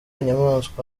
inyamaswa